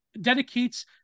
dedicates